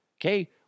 Okay